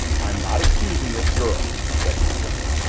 i'm not accusing this girl, he said more gently.